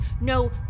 No